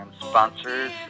sponsors